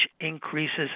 increases